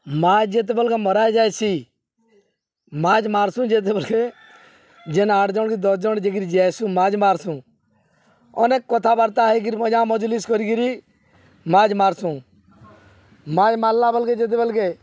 ମାଛ୍ ଯେତେବେଲ୍କେ ମରାଯାଏସି ମାଛ୍ ମାର୍ସୁଁ ଯେତେବେଲ୍କେ ଯେନ୍ ଆଠ୍ ଜଣ୍ କି ଦଶ୍ ଜଣ୍ ଯାଇକିରି ଯାଏସୁଁ ମାଛ୍ ମାର୍ସୁଁ ଅନେକ୍ କଥାବାର୍ତ୍ତା ହେଇକିରି ମଜା ମଜ୍ଲିସ୍ କରିକିରି ମାଛ୍ ମାର୍ସୁଁ ମାଛ୍ ମାର୍ଲା ବେଲ୍କେ ଯେତେବେଲ୍କେ